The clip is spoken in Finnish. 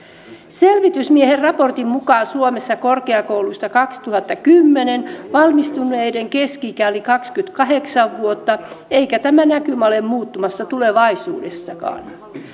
selvitysmiehen raportin mukaan suomessa korkeakouluista kaksituhattakymmenen valmistuneiden keski ikä oli kaksikymmentäkahdeksan vuotta eikä tämä näkymä ole muuttumassa tulevaisuudessakaan